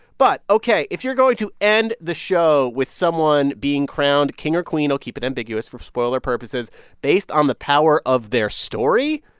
but ok, if you're going to end the show with someone being crowned king or queen i'll keep it ambiguous for spoiler purposes based on the power of their story,